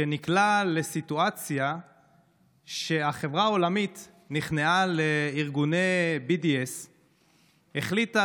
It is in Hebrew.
שנקלע לסיטואציה שהחברה העולמית נכנעה לארגוני BDS. היא החליטה